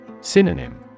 Synonym